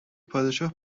پادشاه